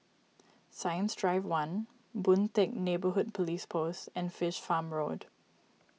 Science Drive one Boon Teck Neighbourhood Police Post and Fish Farm Road